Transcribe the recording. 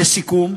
לסיכום,